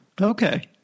okay